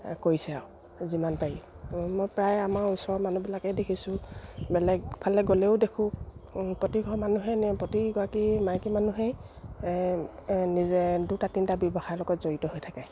কৰিছে আৰু যিমান পাৰি মই প্ৰায় আমাৰ ওচৰৰ মানুহবিলাকেই দেখিছোঁ বেলেগ ফালে গ'লেও দেখোঁ প্ৰতিঘৰ মানুহে ন প্ৰতিগৰাকী মাইকী মানুহেই নিজে দুটা তিনটা ব্যৱসায়ৰ লগত জড়িত হৈ থাকে